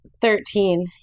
Thirteen